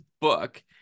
book